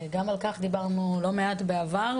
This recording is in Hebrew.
גם על כך דיברנו לא מעט בעבר,